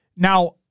Now